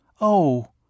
Oh